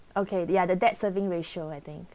okay ya the debt serving ratio I think